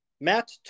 Matt